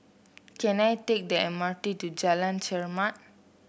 can I take the M R T to Jalan Chermat